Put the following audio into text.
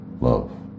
love